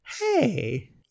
hey